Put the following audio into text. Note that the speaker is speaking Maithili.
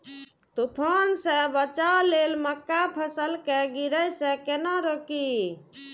तुफान से बचाव लेल मक्का फसल के गिरे से केना रोकी?